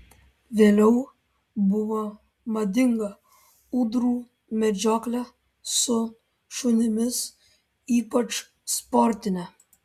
vėliau buvo madinga ūdrų medžioklė su šunimis ypač sportinė